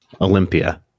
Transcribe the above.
Olympia